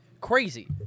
Crazy